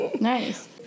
Nice